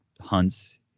hunts